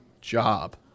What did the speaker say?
job